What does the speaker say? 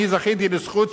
אני זכיתי בזכות,